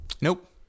Nope